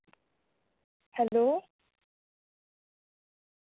hello